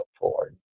forward